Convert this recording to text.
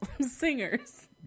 Singers